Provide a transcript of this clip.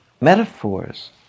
metaphors